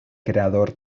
creador